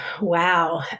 Wow